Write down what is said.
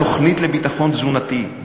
התוכנית לביטחון תזונתי,